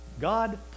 God